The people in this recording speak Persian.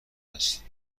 است